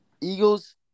Eagles